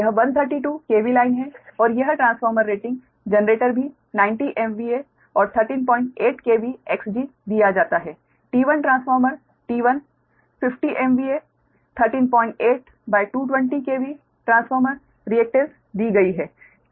यह 132 KV line है और यह ट्रांसफार्मर रेटिंग जनरेटर भी 90 MVA और 138 KV Xg दिया जाता है T1 transformer T1 50 MVA 138220 KV transformer reactance दी गई है